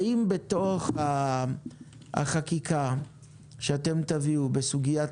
האם בתוך החקיקה שאתם תביאו בסוגיית